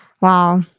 Wow